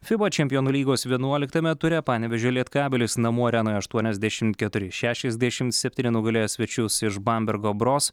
fiba čempionų lygos vienuoliktame ture panevėžio lietkabelis namų arenoje aštuoniasdešimt keturi šešiasdešim septyni nugalėjo svečius iš bambergo bros